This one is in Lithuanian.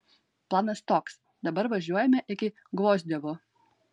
planas toks dabar važiuojame iki gvozdiovo